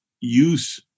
use